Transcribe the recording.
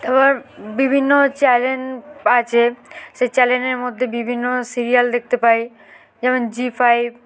তারপর বিভিন্ন চ্যানেল আছে সেই চ্যানেলের মধ্যে বিভিন্ন সিরিয়াল দেখতে পাই যেমন জি ফাইভ